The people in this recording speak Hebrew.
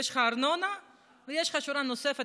יש לך ארנונה ויש לך שורה נוספת,